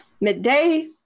midday